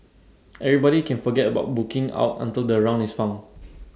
everybody can forget about booking out until the round is found